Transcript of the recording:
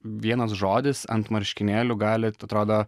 vienas žodis ant marškinėlių gali atrodo